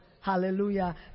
Hallelujah